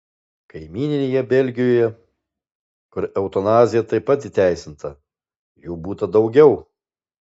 kaimyninėje belgijoje kur eutanazija taip pat įteisinta jų būta daugiau